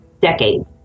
decades